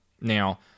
Now